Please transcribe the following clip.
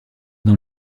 dans